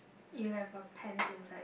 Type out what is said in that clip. you have a pants inside